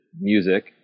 music